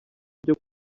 byo